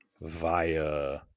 via